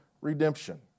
redemption